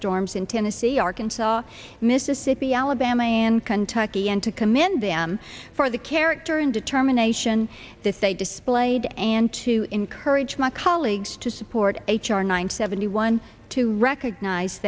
storms in tennessee arkansas mississippi alabama and kentucky and to commend them for the character and the term nation to say displayed and to encourage my colleagues to support h r nine seventy one to recognize